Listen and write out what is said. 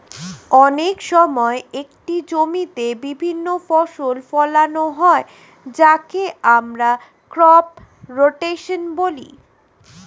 অনেক সময় একটি জমিতে বিভিন্ন ফসল ফোলানো হয় যাকে আমরা ক্রপ রোটেশন বলি